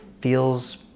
feels